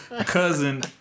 cousin